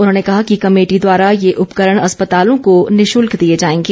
उन्होंने कहा कि कमेटी द्वारा ये उपकरण अस्पतालों को निशुल्क दिए जाएंगे